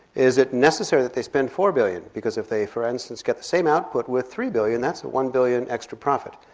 is it necessary that they spend four billion? because if they for instance get the same output with three billion that's one billion extra profit.